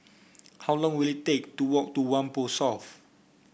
how long will it take to walk to Whampoa South